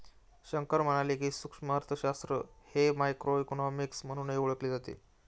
शंकर म्हणाले की, सूक्ष्म अर्थशास्त्र हे मायक्रोइकॉनॉमिक्स म्हणूनही ओळखले जाते